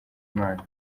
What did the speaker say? imana